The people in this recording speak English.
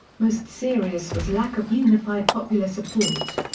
most serious was lack of unified popular support.